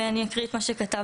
ואני אקריא את מה שכתבתי.